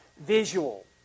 visual